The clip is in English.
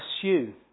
pursue